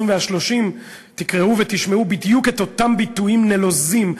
וה-30 תקראו ותשמעו בדיוק את אותם ביטויים נלוזים,